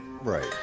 Right